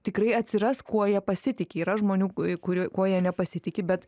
tikrai atsiras kuo jie pasitiki yra žmonių kur kuo jie nepasitiki bet